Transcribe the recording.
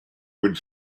would